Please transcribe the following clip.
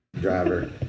driver